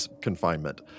confinement